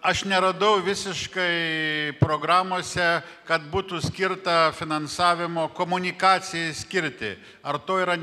aš neradau visiškai programose kad būtų skirta finansavimo komunikacijai skirti ar to yra